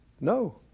No